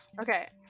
Okay